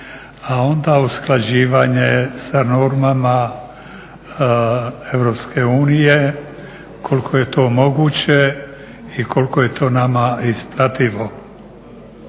a onda usklađivanje sa normama Europske unije. Koliko je to moguće i koliko je to nama isplativo.